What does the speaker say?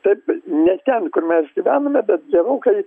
taip bet ne ten kur mes gyvename bet gerokai